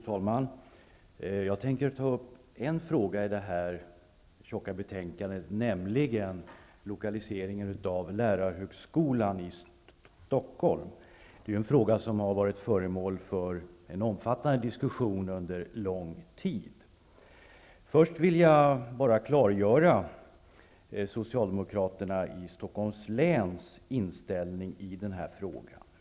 Fru talman! Jag tänker ta upp en fråga i detta tjocka betänkande, nämligen lokaliseringen av lärarhögskolan i Stockholm. Det är en fråga som har varit föremål för en omfattande diskussion under lång tid. Jag vill först klargöra den inställning som Socialdemokraterna i Stockholms län har i denna fråga.